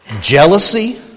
jealousy